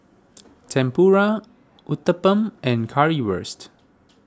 Tempura Uthapam and Currywurst